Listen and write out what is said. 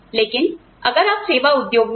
लेकिन अगर आप सेवा उद्योग में हैं